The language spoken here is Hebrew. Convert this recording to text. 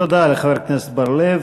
תודה לחבר הכנסת בר-לב.